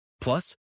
Plus